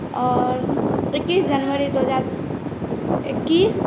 एकैस जनवरी दुइ हजार एकैस